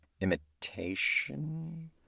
Imitation